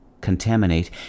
Contaminate